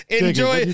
enjoy